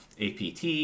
APT